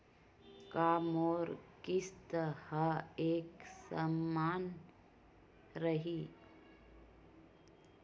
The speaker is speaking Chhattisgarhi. का मोर किस्त ह एक समान रही?